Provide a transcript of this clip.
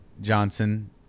Johnson